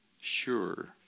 sure